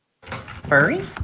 Furry